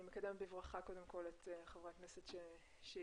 אני מקדמת בברכה את חברי הכנסת שהגיעו,